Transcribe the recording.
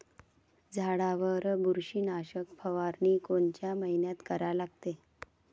झाडावर बुरशीनाशक फवारनी कोनच्या मइन्यात करा लागते?